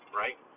right